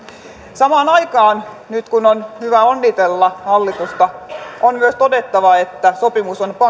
samaan aikaan nyt kun on hyvä onnitella hallitusta on myös todettava että sopimus on